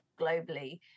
globally